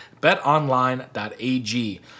BetOnline.ag